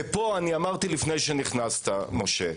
אמרתי לפני שנכנסת משה,